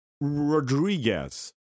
Rodriguez